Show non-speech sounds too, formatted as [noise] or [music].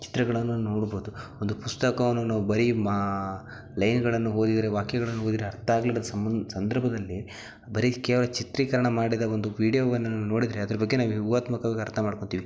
ಚಿತ್ರಗಳನ್ನು ನೋಡ್ಬೋದು ಒಂದು ಪುಸ್ತಕವನ್ನು ನಾವು ಬರೀ ಮಾ ಲೈನ್ಗಳನ್ನು ಓದಿದರೆ ವಾಕ್ಯಗಳನ್ನು ಓದಿದರೆ ಅರ್ಥ ಆಗದ ಸಂಬಂಧ ಸಂದರ್ಭದಲ್ಲಿ ಬರೀ ಕೇವಲ ಚಿತ್ರೀಕರಣ ಮಾಡಿದ ಒಂದು ವೀಡಿಯೋವನ್ನು ನೋಡಿದರೆ ಅದರ ಬಗ್ಗೆ ನಾವು [unintelligible] ಅರ್ಥ ಮಾಡ್ಕೊತಿವಿ